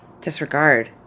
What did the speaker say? disregard